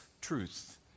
truth